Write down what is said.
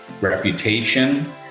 reputation